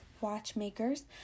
watchmakers